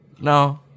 No